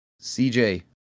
CJ